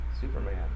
Superman